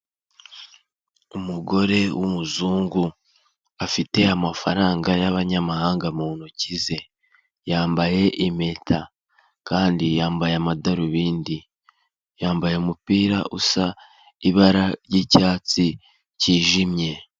Umugore w'umuzungu afite amafaranga y'abanyamahanga mu ntoki ze yambaye impeta kandi yambaye amadarubindi yambaye umupira usa ibara ry'icyatsi cyijimye.